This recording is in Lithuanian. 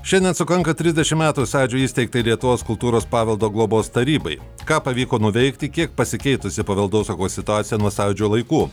šiandien sukanka trisdešim metų sąjūdžio įsteigtai lietuvos kultūros paveldo globos tarybai ką pavyko nuveikti kiek pasikeitusi paveldosaugos situacija nuo sąjūdžio laikų